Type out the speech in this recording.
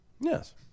Yes